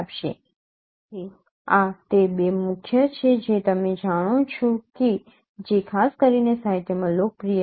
તેથી આ તે બે મુખ્ય છે જે તમે જાણો છો કે જે ખાસ કરીને સાહિત્યમાં લોકપ્રિય છે